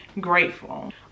grateful